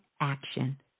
action